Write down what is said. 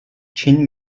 chain